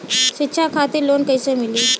शिक्षा खातिर लोन कैसे मिली?